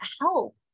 help